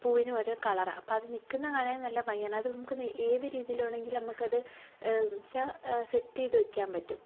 പൂവിനും ഓരോ കളറാണ് അപ്പോൾ അത് നിൽക്കുന്നത് കാണാൻ നല്ല ഭംഗിയാണ് അത് നമുക്ക് ഏത് രീതിയിൽ വേണമെങ്കിലും നമുക്കത് ചാ സെറ്റ് ചെയ്തു വയ്ക്കാൻ പറ്റും